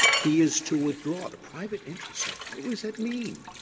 he is to withdraw. the private interests, ah what what does that mean?